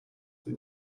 they